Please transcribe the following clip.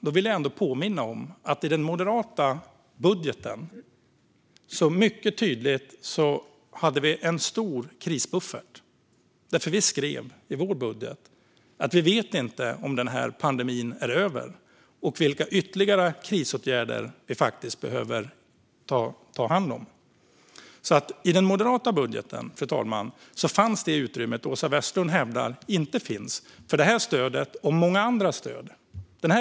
Jag vill påminna om att vi i den moderata budgetmotionen hade en mycket tydlig och stor krisbuffert. Vi skrev nämligen i vårt förslag till budget att vi inte vet om pandemin är över och vilka ytterligare krisåtgärder som kommer att behöva vidtas. I den moderata budgetmotionen fanns alltså det utrymme som Åsa Westlund hävdar inte finns för det här stödet och många andra stöd.